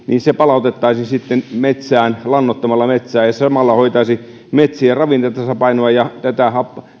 palautettaisiin metsään lannoittamalla metsää ja samalla hoitaisi metsien ravinnetasapainoa ja